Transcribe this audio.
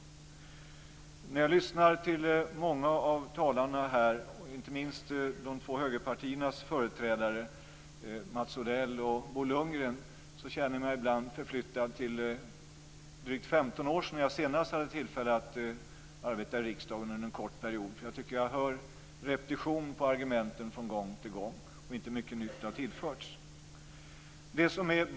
När jag lyssnar till många av talarna här, inte minst de två högerpartiernas företrädare Mats Odell och Bo Lundgren, känner jag mig ibland förflyttad till för drygt 15 år sedan när jag senast hade tillfälle att under en kort period arbeta i riksdagen. Jag tycker jag hör en repetition av argumenten från gång till gång; inte mycket nytt har tillförts.